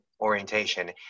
orientation